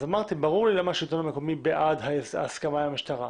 ברור לי למה השלטון המקומי בעד הסכמה עם המשטרה.